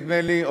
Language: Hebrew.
נדמה לי,